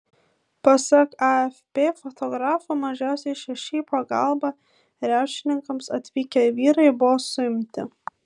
pasak afp fotografo mažiausiai šeši į pagalbą riaušininkams atvykę vyrai buvo suimti